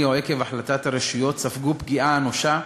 או עקב החלטת הרשויות ספגו פגיעה אנושה,